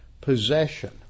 possession